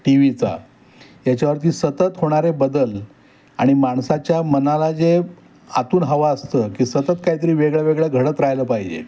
T व्हीचा याच्यावरती सतत होणारे बदल आणि माणसाच्या मनाला जे आतून हवं असतं की सतत काही तरी वेगळंवेगळं घडत राहिलं पाहिजे